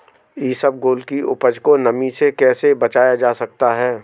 इसबगोल की उपज को नमी से कैसे बचाया जा सकता है?